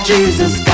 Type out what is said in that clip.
Jesus